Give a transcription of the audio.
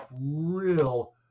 real